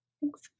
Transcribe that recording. Thanks